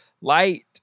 light